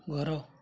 ଘର